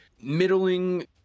middling